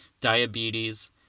diabetes